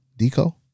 Deco